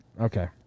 Okay